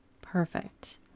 Perfect